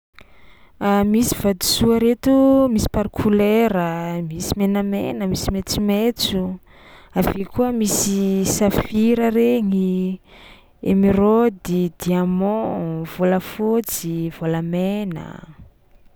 Misy vatosoa reto misy par kolera: misy menamena, misy maitsomaitso; avy eo koa misy safira regny, émeraude, diamant, vôlafôtsy, vôlamena.